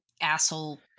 asshole